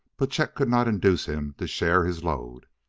but chet could not induce him to share his load.